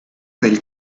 del